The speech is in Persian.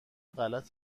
غلط